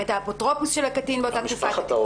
את האפוטרופוס של הקטין באותה תקופה,